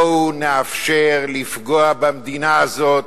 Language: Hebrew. בואו נאפשר לפגוע במדינה הזאת,